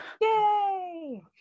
yay